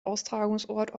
austragungsort